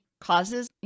causes